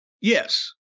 Yes